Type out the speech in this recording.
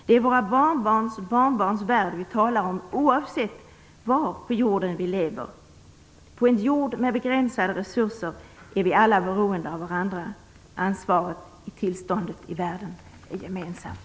Det är våra barnbarnsbarnbarns värld vi talar om oavsett var på jorden vi lever. På en jord med begränsade resurser är vi alla beroende av varandra. Ansvaret för tillståndet i världen är gemensamt.